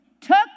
took